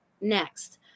next